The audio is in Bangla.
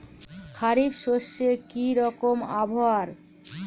খরিফ শস্যে কি রকম আবহাওয়ার?